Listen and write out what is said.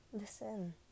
listen